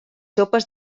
sopes